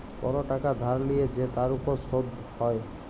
call টাকা ধার লিয়ে যে তার উপর শুধ হ্যয়